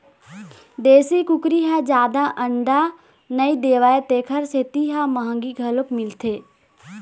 देशी कुकरी ह जादा अंडा नइ देवय तेखर सेती ए ह मंहगी घलोक मिलथे